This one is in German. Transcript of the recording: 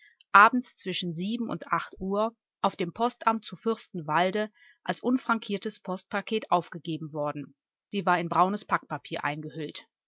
abends zwischen sieben und acht uhr auf dem postamt zu fürstenwalde als unfrankiertes postpaket aufgegeben worden sie war in braunes packpapier eingehüllt